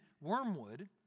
Wormwood